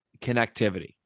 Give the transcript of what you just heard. connectivity